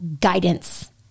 guidance